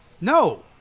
No